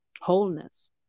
wholeness